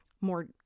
more